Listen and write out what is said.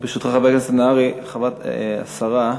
ברשותך, חבר הכנסת נהרי, השרה,